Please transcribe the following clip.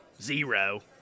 Zero